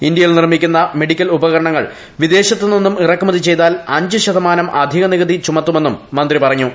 ഇന്ത്യയിൽ നിർമ്മിക്കുന്ന ഇനം മെഡിക്കൽ ഉപകരണങ്ങൾ വിദേശത്തുനിന്നും ഇറക്കുമതി ചെയ്താൽ അഞ്ച് ശതമാനം സെസ്ക് ടൂമത്തുമെന്നും മന്ത്രി പറഞ്ഞു